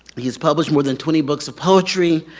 he's published more than twenty books of poetry,